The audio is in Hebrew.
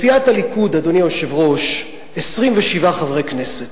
בסיעת הליכוד, אדוני היושב-ראש, 27 חברי כנסת.